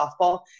softball